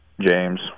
James